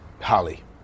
Holly